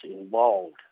involved